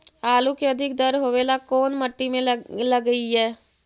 आलू के अधिक दर होवे ला कोन मट्टी में लगीईऐ?